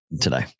today